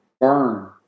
burn